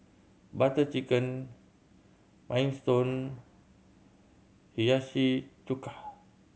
Butter Chicken Minestrone Hiyashi Chuka